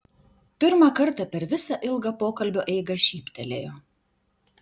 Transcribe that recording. pirmą kartą per visą ilgą pokalbio eigą šyptelėjo